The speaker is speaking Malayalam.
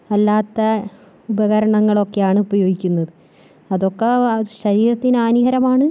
അല്ലാത്ത ഉപകരണങ്ങളൊക്കെയാണ് ഉപയോഗിക്കുന്നത് അതൊക്കെ ശരീരത്തിന് ഹാനികരമാണ്